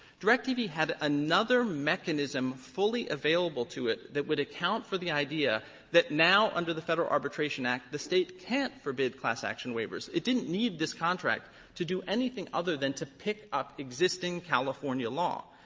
directv had another mechanism fully available to it that would account for the idea that now, under the federal arbitration act, the state can't forbid class action waivers. it didn't need this contract to do anything other than to pick up existing california law.